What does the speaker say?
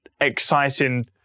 exciting